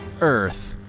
Earth